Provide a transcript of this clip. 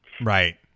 Right